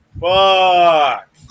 fuck